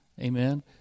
amen